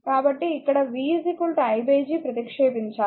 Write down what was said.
కాబట్టి ఇక్కడ v i G ప్రతిక్షేపించాలి